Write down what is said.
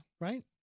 Right